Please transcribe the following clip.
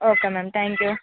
okay ma'am thank you